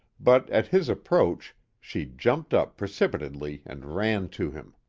but at his approach she jumped up precipitately and ran to him.